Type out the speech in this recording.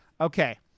Okay